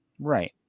Right